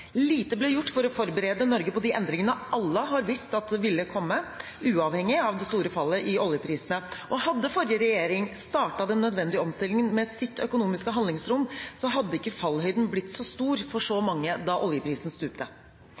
Lite ble gjort for å forberede Norge på de endringene alle har visst at ville komme, uavhengig av det store fallet i oljeprisene, og hadde forrige regjering startet den nødvendige omstillingen med sitt økonomiske handlingsrom, hadde ikke fallhøyden blitt så stor for så mange da oljeprisen